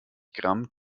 gramm